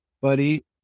Buddy